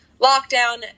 lockdown